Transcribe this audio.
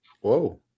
Whoa